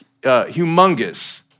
humongous